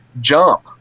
Jump